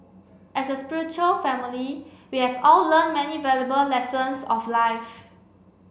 as a spiritual family we have all learned many valuable lessons of life